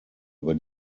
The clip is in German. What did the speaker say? über